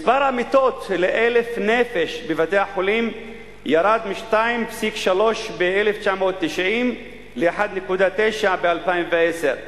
מספר המיטות ל-1,000 נפש בבתי-החולים ירד מ-2.3 ב-1990 ל-1.9 ב-2010.